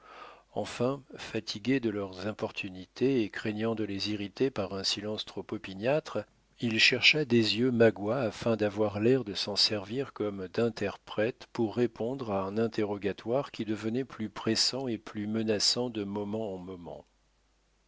fin fatigué de leurs importunités et craignant de les irriter par un silence trop opiniâtre il chercha des yeux magua afin d'avoir l'air de s'en servir comme d'interprète pour répondre à un interrogatoire qui devenait plus pressant et plus menaçant de moment en moment